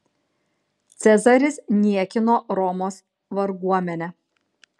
cezaris niekino romos varguomenę